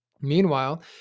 Meanwhile